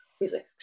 Music